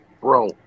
Bro